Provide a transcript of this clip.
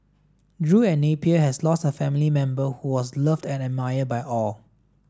Drew and Napier has lost a family member who was loved and admired by all